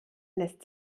lässt